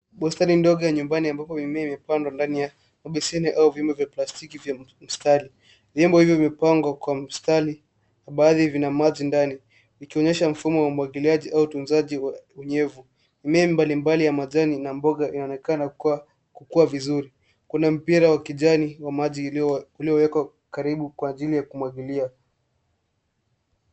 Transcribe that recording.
Bustani ndogo ya nyumbani ambapo mimea imepandwa ndani ya mabeseni ya vyombo vya plastiki vya mstari. Vyombo hivyo vimepangwa kwa mstari baadhi vina maji ndani vikionyesha mfumo wa umwagiliaji au utunzaji wa unyevu. Mimea mbalimbali ya majani na mboga inaonekana kukua vizuri. Kuna mpira wa kijani wa maji uliowekwa karibu kwa ajili ya kumwagilia.